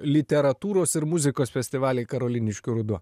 literatūros ir muzikos festivaliai karoliniškių ruduo